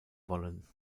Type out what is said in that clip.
wollen